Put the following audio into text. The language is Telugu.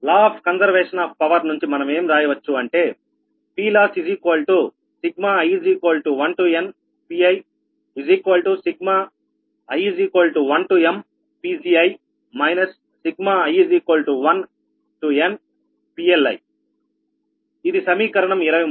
law of conservation of power నుంచి మనమేం రాయవచ్చు అంటే PLossi1nPii1mPgi i1nPLi ఇది సమీకరణం 23